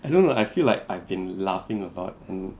I don't know I feel like I've been laughing and